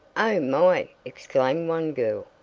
oh, my! exclaimed one girl.